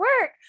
work